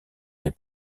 les